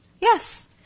Yes